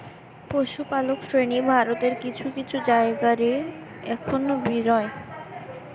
পশুপালক শ্রেণী ভারতের কিছু কিছু জায়গা রে অখন বি রয়